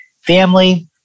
family